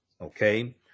Okay